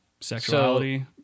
Sexuality